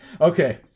Okay